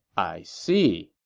i see.